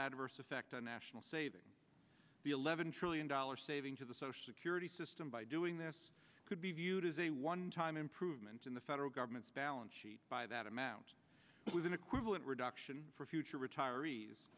adverse effect on national savings the eleven trillion dollar saving to the social security system by doing this could be viewed as a one time improvement in the federal government's balance sheet by that amount with an equivalent reduction for future retirees